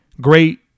great